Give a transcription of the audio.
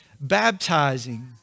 baptizing